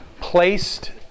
placed